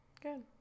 good